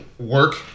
work